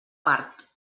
part